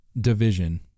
Division